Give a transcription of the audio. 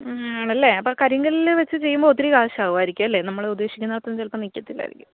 അല്ലേ അപ്പോൾ കരിങ്കല്ലിൽ വെച്ച് ചെയ്യുമ്പോൾ ഒത്തിരി കാശാവുവായിരിക്കുവല്ലേ നമ്മൾ ഉദ്ദേശക്കുന്നാത്തൊന്നും ചിലപ്പോൾ നീക്കത്തിലായിരിക്കും